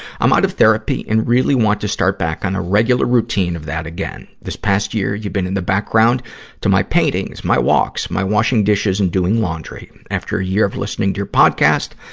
i'm out of therapy and really want to start back on a regular routine of that again. this past year, you've been in the background to my paintings, my walks, my washing dishes and doing laundry. after a year of listening to your podcast,